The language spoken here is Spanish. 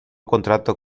contrato